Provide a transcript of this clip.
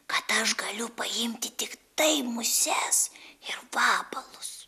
kad aš galiu paimti tiktai muses ir vabalus